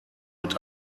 mit